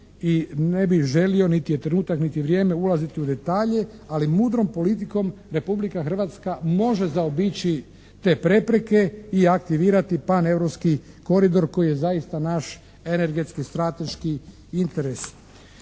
ne bih želio niti je trenutak niti vrijeme ulaziti u detalje, ali mudrom politikom Republika Hrvatska može zaobići te prepreke i aktivirati paneuropski koridor koji je zaista naš energetski, strateški interes.